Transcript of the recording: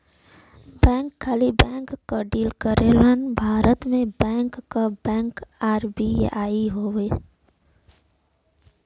bank खाली bank क deal करलन भारत में बैंक क बैंक आर.बी.आई हउवे